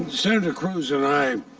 senator cruz and i